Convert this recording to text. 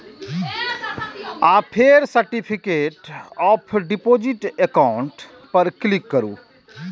आ फेर certificate of deposit account पर क्लिक करू